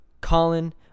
Colin